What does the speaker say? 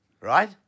Right